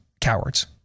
cowards